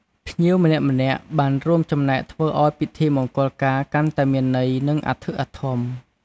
ភ្ញៀវម្នាក់ៗបានរួមចំណែកធ្វើឲ្យពិធីមង្គលការកាន់តែមានន័យ និងអធិកអធម។